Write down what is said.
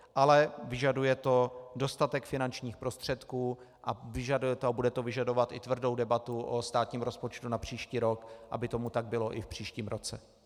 Ale vyžaduje to dostatek finančních prostředků a bude to vyžadovat i tvrdou debatu o státním rozpočtu na příští rok, aby tomu tak bylo i v příštím roce.